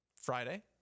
Friday